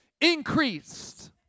increased